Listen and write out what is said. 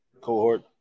cohort